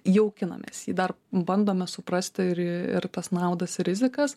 jaukinamės jį dar bandome suprasti ir ir tas naudas rizikas